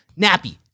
Nappy